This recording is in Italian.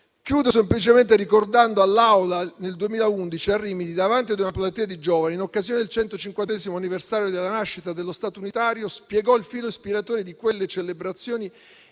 Concludo semplicemente ricordando all'Assemblea che nel 2011 a Rimini, davanti a una platea di giovani, in occasione del 150° anniversario della nascita dello Stato unitario, spiegò il filo ispiratore di quelle celebrazioni